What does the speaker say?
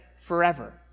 forever